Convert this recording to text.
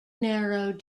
narrowed